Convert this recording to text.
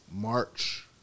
March